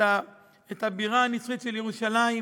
את הבירה הנצחית ירושלים,